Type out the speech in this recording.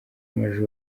maj